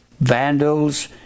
Vandals